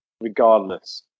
regardless